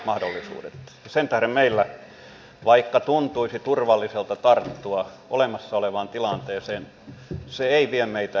sen tähden meillä vaikka tuntuisi turvalliselta tarttua olemassa olevaan tilanteeseen se ei vie meitä eteenpäin